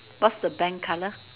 what's the bank color